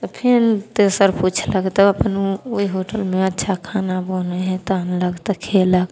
तऽ फेन तेसर पुछलक तऽ अपन ओ ओहि होटलमे अच्छा खाना बनै हइ तऽ आनलक तऽ खएलक